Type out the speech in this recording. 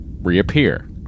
Reappear